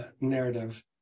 narrative